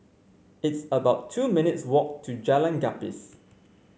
it's about two minutes' walk to Jalan Gapis